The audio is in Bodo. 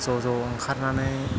ज'ज' ओंखारनानै